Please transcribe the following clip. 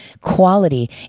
quality